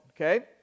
okay